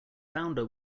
founder